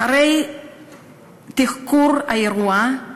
אחרי תחקור האירוע,